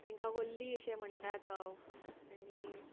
तेंकां वल्ली अशें म्हणटात आणी